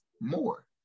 more